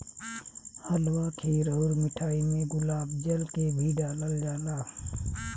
हलवा खीर अउर मिठाई में गुलाब जल के भी डलाल जाला